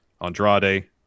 Andrade